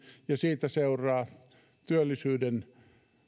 siitä seuraa työllisyyden